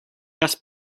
das